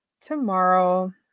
tomorrow